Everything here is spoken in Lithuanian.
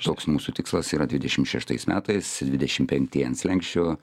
toks mūsų tikslas yra dvidešim šeštais metais dvidešim penktieji ant slenksčio